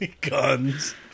guns